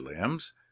limbs